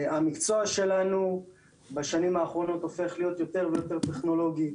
המקצוע שלנו בשנים האחרונות הופך להיות יותר ויותר טכנולוגי.